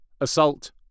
Assault